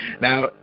Now